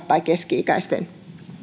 tai keski ikäisten